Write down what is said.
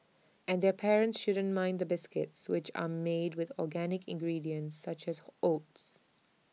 and their parents shouldn't mind the biscuits which are made with organic ingredients such as oats